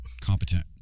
competent